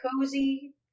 cozy